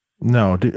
No